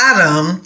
Adam